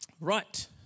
Right